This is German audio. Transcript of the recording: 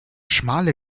schmale